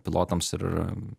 pilotams ir